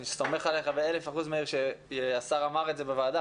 אני סומך עליך באלף אחוז שהשר אמר את זה בוועדה,